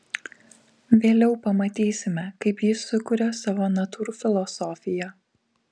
vėliau pamatysime kaip jis sukuria savo natūrfilosofiją